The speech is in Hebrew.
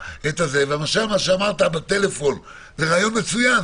למשל, מה שאמרת בטלפון, זה רעיון מצוין.